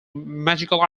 magical